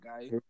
guys